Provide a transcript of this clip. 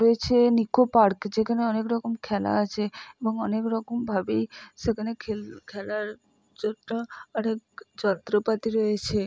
রয়েছে নিকো পার্ক যেখানে অনেকরকম খেলা আছে এবং অনেক রকমভাবেই সেখানে খেল খেলার জন্য অনেক যন্ত্রপাতি রয়েছে